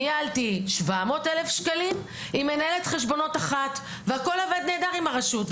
ניהלתי 700,000 שקלים והכל עבד נהדר עם הרשות.